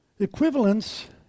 Equivalence